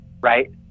right